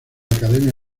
academia